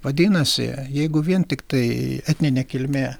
vadinasi jeigu vien tiktai etninė kilmė